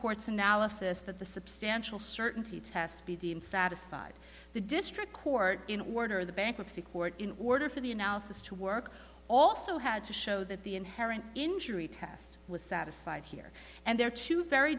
courts analysis that the substantial certainty test be satisfied the district court in order the bankruptcy court in order for the analysis to work also had to show that the inherent injury test was satisfied here and there are two very